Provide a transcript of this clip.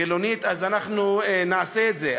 אז אנחנו נעשה את זה.